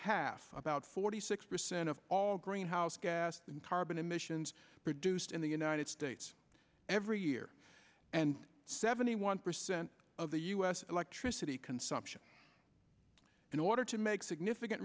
half about forty six percent of all greenhouse gas carbon emissions produced in the united states every year and seventy one percent of the u s electricity consumption in order to make significant